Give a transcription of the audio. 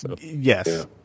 Yes